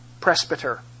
presbyter